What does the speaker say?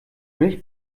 milch